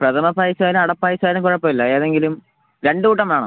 പ്രഥമൻ പായസം ആയാലും അട പായസം ആയാലും കുഴപ്പമില്ല ഏതെങ്കിലും രണ്ട് കൂട്ടം വേണം